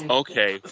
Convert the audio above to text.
okay